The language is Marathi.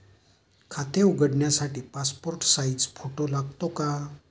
खाते उघडण्यासाठी पासपोर्ट साइज फोटो लागतो का?